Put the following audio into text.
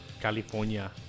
California